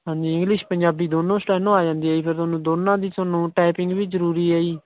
ਹਾਂਜੀ ਇੰਗਲਿਸ਼ ਪੰਜਾਬੀ ਦੋਨੋਂ ਸਟੈਨੋ ਆ ਜਾਂਦੀ ਹੈ ਜੀ ਫਿਰ ਤੁਹਾਨੂੰ ਦੋਨਾਂ ਦੀ ਤੁਹਾਨੂੰ ਟਾਈਪਿੰਗ ਵੀ ਜ਼ਰੂਰੀ ਹੈ ਜੀ